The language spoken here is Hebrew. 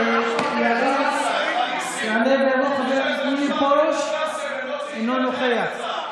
יעלה ויבוא חבר הכנסת מאיר פרוש, אינו נוכח.